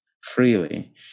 freely